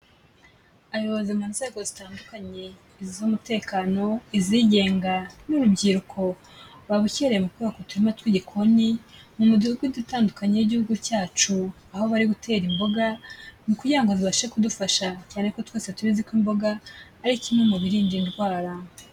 Abayobozi mu nzego zitandukanye iz'umutekano ,izigenga, n'urubyiruko, babukereye mu kwubaka uturima tw'igikoni, mu midugudu tandukanye y'igihugu cyacu, aho bari gutera imboga, ni uku kugira ngo zibashe kudufasha cyane ko twese tubizi ko imboga ari kimwe mu birinda indwara.